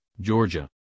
Georgia